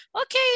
okay